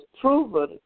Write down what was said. proven